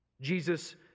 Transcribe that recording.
Jesus